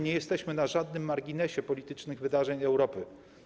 Nie jesteśmy na żadnym marginesie politycznych wydarzeń Europy.